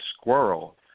squirrel